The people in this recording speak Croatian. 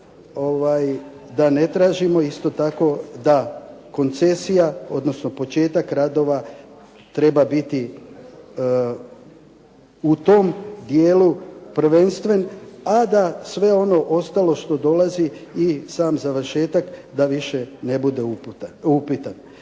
da ne tražimo isto tako, da koncesija, odnosno početak radova treba biti u tom dijelu prvenstven, a da sve ono ostalo što dolazi i sam završetak, da više ne bude upitan.